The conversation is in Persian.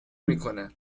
میکنن